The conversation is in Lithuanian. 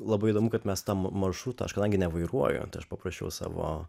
labai įdomu kad mes tam maršruto aš kadangi nevairuojuoju tai aš paprašiau savo